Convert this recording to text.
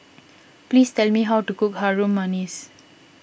please tell me how to cook Harum Manis